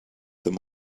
them